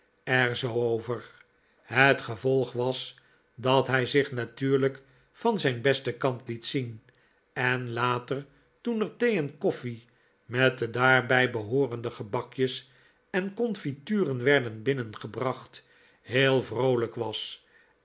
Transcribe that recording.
er zoo over het gevolg was dat hij zich natuurlijk van zijn besten kant liet zien en later toen er thee en koffie met de daarbij behoorende gebakjes en confituren werden binnengebracht heel vroolijk was